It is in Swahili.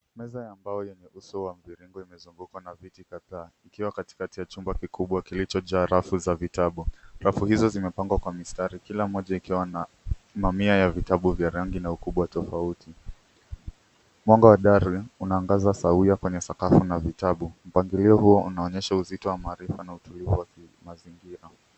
Meza ya mbao yenye uso wa mviringo imezungukwa na viti kadhaa, ikiwa katikati ya chumba kikubwa kilichojaa rafu za vitabu. Rafu hizo zimepangwa kwa mistari, kila moja ikiwa na mamia ya vitabu na rangi kubwa tofauti. Mwanga wa dari, unaangaza sawia kwenye sakafu na vitabu. Mpangilio huu unaonyesha uzito wa maarifa na utulivu wa mazingira.